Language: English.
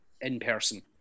in-person